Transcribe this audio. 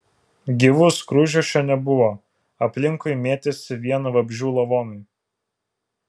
gyvų skruzdžių čia nebuvo aplinkui mėtėsi vien vabzdžių lavonai